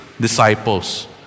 disciples